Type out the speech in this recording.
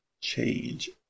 change